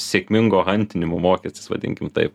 sėkmingo hantinimo mokestis vadinkim taip